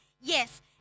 Yes